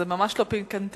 זה ממש לא פיקנטריה.